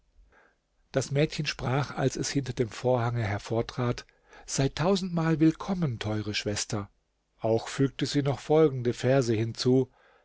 das mädchen sprach als es hinter dem vorhange hervortrat sei tausendmal willkommen teure schwester auch fügte sie noch folgende verse hinzu